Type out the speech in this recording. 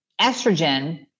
Estrogen